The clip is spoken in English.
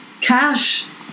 cash